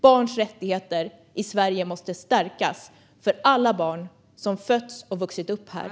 Barns rättigheter i Sverige måste stärkas, för alla barn som fötts och vuxit upp här.